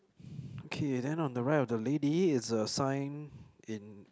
okay then on the right of the lady it's a sign in